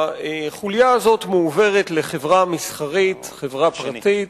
החוליה הזאת מועברת לחברה מסחרית, חברה פרטית.